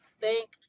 thank